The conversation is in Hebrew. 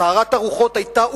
סערת הרוחות היתה,